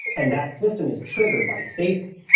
and that system is triggered by safety.